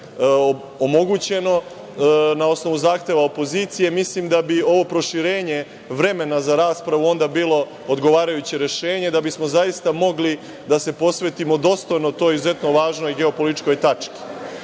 omogućeno na osnovu zahteva opozicije, mislim da bi ovo proširenje vremena za raspravu onda bilo odgovarajuće rešenje, da bismo zaista mogli da se posvetimo dostojno toj izuzetno važnoj geopolitičkoj